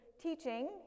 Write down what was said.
teaching